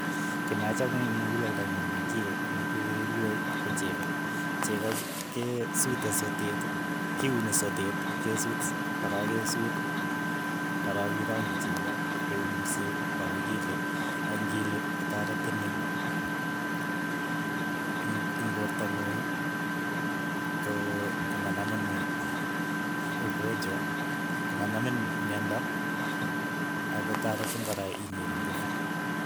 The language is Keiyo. Ki nachamei eng mukuleldo nyu nekie nekilue ko cheko, cheko ke kesute soteet, kiuni soteet kesut sot korok kesuut, korok ironchi cheko, koeek mursik, korook ilu, ak ng'iluu kotaretin ing' ingpoorto ng'ung ko- komanamin n ugonjwa komanamin myondo, ako taretin kora inyoru ngufu